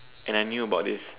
and I knew about this